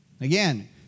Again